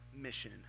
mission